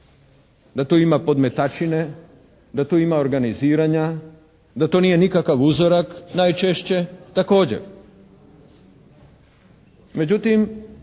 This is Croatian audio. da tu ima podmetačine, da tu ima organiziranja, da to nije nikakav uzorak najčešće također. Međutim